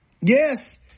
Yes